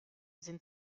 sind